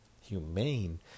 humane